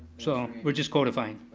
so, we're just codifying.